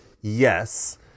Yes